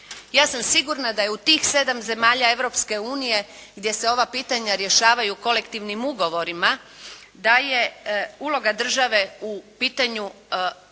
Ja sam sigurno da je u tih 7 zemalja Europske unije gdje se ova pitanja rješavaju kolektivnim ugovorima, da je uloga države u pitanju